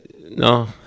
no